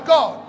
God